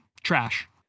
trash